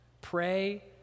Pray